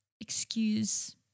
excuse